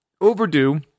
overdue